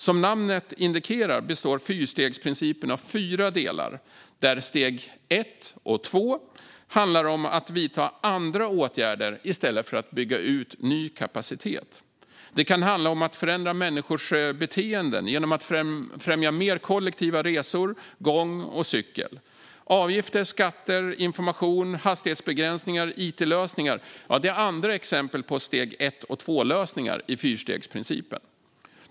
Som namnet indikerar består fyrstegsprincipen av fyra delar. Steg 1 och 2 handlar om att vidta andra åtgärder i stället för att bygga ut ny kapacitet. Det kan handla om att förändra människors beteende genom att främja mer kollektiva resor, gång och cykel. Avgifter, skatter, information, hastighetsbegränsningar och it-lösningar är andra exempel på lösningar via steg 1 och 2 i fyrstegsprincipen.